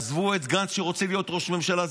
עזבו את גנץ שרוצה להיות ראש ממשלה,